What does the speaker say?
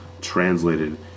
translated